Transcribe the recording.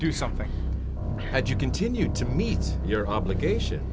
do something had you continued to meet your obligation